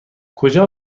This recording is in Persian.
کجا